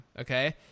okay